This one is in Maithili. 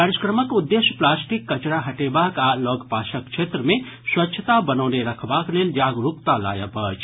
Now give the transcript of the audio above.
कार्यक्रमक उद्देश्य प्लास्टिक कचरा हटेबाक आ लगपासक क्षेत्र मे स्वच्छता बनौने रखबाक लेल जागरूकता लायब अछि